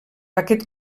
aquest